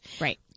Right